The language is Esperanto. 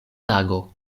tago